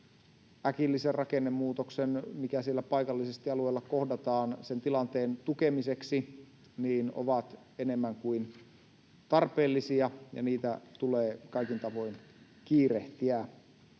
äkillisen rakennemuutoksen, mitä siellä paikallisesti alueella kohdataan, tukemiseksi, ovat enemmän kuin tarpeellisia, ja niitä tulee kaikin tavoin kiirehtiä.